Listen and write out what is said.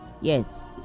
Yes